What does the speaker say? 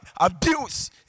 abuse